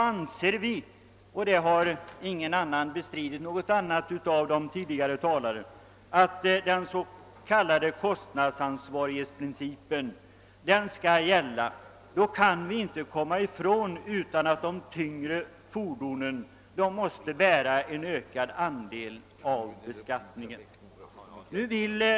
Anser vi — och det har ingen av de tidigare talarna bestridit — att den s.k. kostnadsansvarighetsprincipen skall gälla, kan vi inte komma ifrån att de tyngre fordonen måste bära en ökad andel av beskattningen.